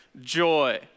joy